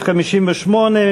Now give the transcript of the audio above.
58,